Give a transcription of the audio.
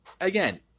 again